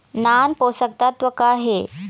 नान पोषकतत्व का हे?